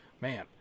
man